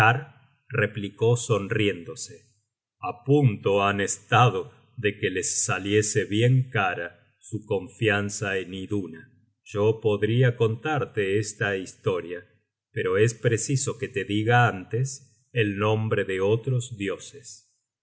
replicó sonriéndose a punto han estado de que les saliese bien cara su confianza en iduna yo podria contarte esta historia pero es preciso que te diga antes el nombre de otros dioses